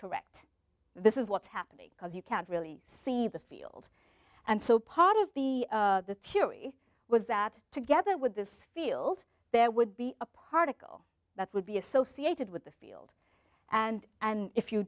correct this is what's happening because you can't really see the field and so part of the theory was that together with this field there would be a particle that would be associated with the field and and if you